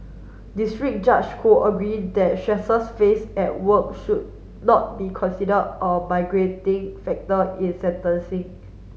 District Judge Ho agreed that stresses faced at work should not be consider a migrating factor in sentencing